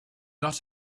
lot